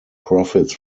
profits